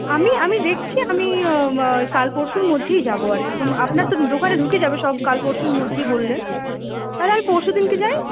আমি আমি দেখছি আমি ওই কাল পরশুর মধ্যেই যাব আর কি আপনার তো দোকানে ঢুকে যাবে সব কাল পরশুর মধ্যেই বললেন তাহলে আমি পরশু দিনকে যাই